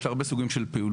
יש לה הרבה סוגים של פעילות.